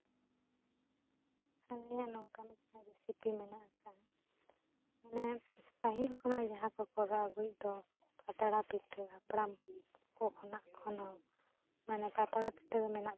ᱟᱞᱮᱭᱟᱜ ᱱᱚᱝᱠᱟᱱ ᱢᱤᱫᱴᱟᱝ ᱨᱮᱥᱤᱯᱤ ᱢᱮᱱᱟᱜ ᱟᱠᱟᱫᱼᱟ ᱢᱟᱱᱮ ᱯᱟᱹᱦᱤᱞ ᱠᱷᱚᱱᱟᱜ ᱡᱟᱦᱟᱸ ᱠᱚ ᱠᱚᱨᱟᱣ ᱟᱹᱜᱩᱭᱮᱫ ᱫᱚ ᱯᱟᱛᱲᱟ ᱯᱤᱴᱷᱟᱹ ᱦᱟᱯᱲᱟᱢ ᱠᱚ ᱠᱷᱚᱱᱟᱜ ᱠᱷᱚᱱᱦᱚᱸ ᱢᱟᱱᱮ ᱯᱟᱛᱲᱟ ᱯᱤᱴᱷᱟᱹ ᱫᱚ ᱢᱮᱱᱟᱜ ᱛᱟᱵᱚᱱᱟ